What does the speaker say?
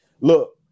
look